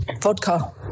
vodka